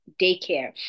daycare